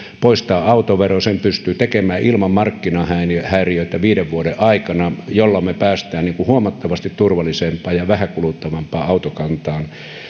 poistaa autovero sen pystyy tekemään ilman markkinahäiriöitä viiden vuoden aikana jolloin me pääsemme huomattavasti turvallisempaan ja vähäkuluttavampaan autokantaan